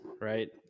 right